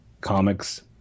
comics